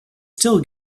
still